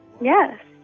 Yes